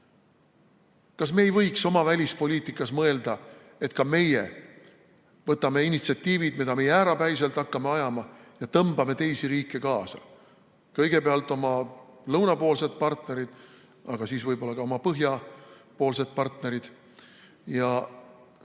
Kas me ei võiks oma välispoliitikas mõelda, et ka meie võtame initsiatiivi, mida me jäärapäiselt hakkame ajama, ja tõmbame teisi riike kaasa, kõigepealt oma lõunapoolsed partnerid, aga siis võib-olla ka oma põhjapoolsed partnerid, ja